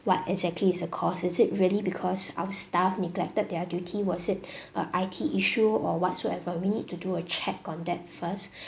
what exactly is the cause is it really because our staff neglected their duty was it uh I_T issue or whatsoever we need to do a check on that first